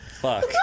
Fuck